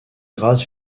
grâce